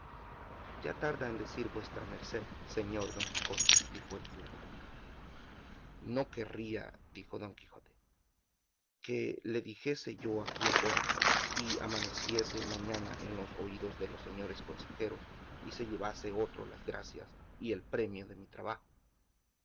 ya tarda en decirle vuestra merced señor don quijote dijo el cura no querría dijo don quijote que le dijese yo aquí agora y amaneciese mañana en los oídos de los señores consejeros y se llevase otro las gracias y el premio de mi trabajo